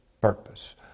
purpose